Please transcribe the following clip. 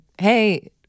Hey